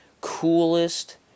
coolest